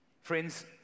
Friends